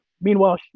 Meanwhile